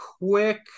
quick